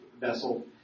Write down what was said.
vessel